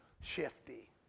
shifty